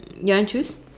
you want choose